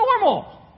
normal